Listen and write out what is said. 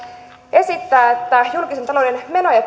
esittää että julkisen talouden menoja